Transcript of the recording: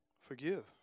forgive